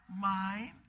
mind